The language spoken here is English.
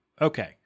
Okay